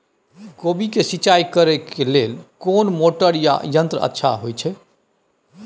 कोबी के सिंचाई करे के लेल कोन मोटर या यंत्र अच्छा होय है?